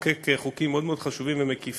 חוקק חוקים מאוד מאוד חשובים ומקיפים,